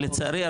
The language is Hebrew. לצערי,